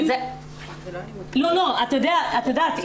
את יודעת,